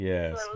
Yes